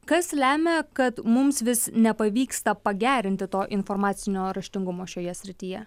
kas lemia kad mums vis nepavyksta pagerinti to informacinio raštingumo šioje srityje